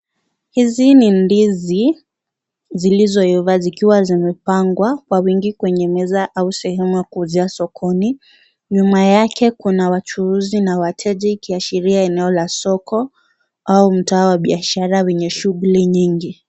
Hizi ni ndizi zilizoiva zikiwa zimepangwa kwa wingi kwenye meza au sehemu ya kuuzia sokoni. Nyuma yake, kuna wachuuzi na wateja ikiashiria eneo la soko au mtaa wa biashara wenye shughuli nyingi.